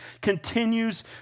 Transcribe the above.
continues